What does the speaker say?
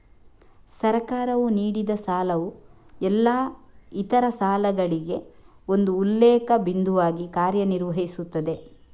ಸರ್ಕಾರವು ನೀಡಿದಸಾಲವು ಎಲ್ಲಾ ಇತರ ಸಾಲಗಳಿಗೆ ಒಂದು ಉಲ್ಲೇಖ ಬಿಂದುವಾಗಿ ಕಾರ್ಯ ನಿರ್ವಹಿಸುತ್ತದೆ